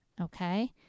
Okay